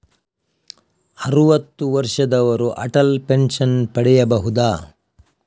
ಅರುವತ್ತು ವರ್ಷದವರು ಅಟಲ್ ಪೆನ್ಷನ್ ಪಡೆಯಬಹುದ?